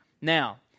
Now